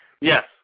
Yes